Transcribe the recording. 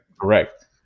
Correct